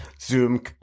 Zoom